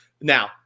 now